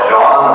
John